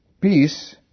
peace